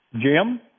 Jim